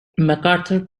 macarthur